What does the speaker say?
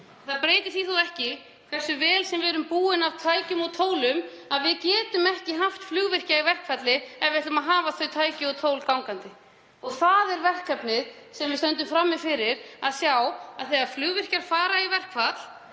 Það breytir því þó ekki að hversu vel sem við erum búin tækjum og tólum þá getum við ekki haft flugvirkja í verkfalli ef við ætlum að hafa þau tæki og tól gangandi. Það er verkefnið sem við stöndum frammi fyrir. Þegar flugvirkjar fara í verkfall